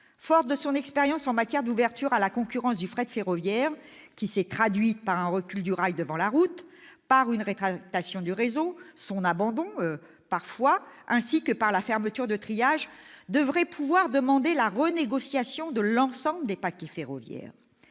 forte de son expérience en matière d'ouverture à la concurrence du fret ferroviaire, laquelle s'est traduite par un recul du rail au profit de la route, une rétraction du réseau- et même son abandon parfois - ainsi que la fermeture de triages, devrait pouvoir demander la renégociation de l'ensemble des paquets ferroviaires.